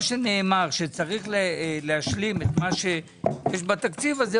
שנאמר שצריך להשלים את מה שיש בתקציב הזה,